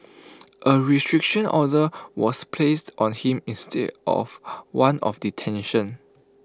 A restriction order was placed on him instead of one of detention